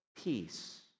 peace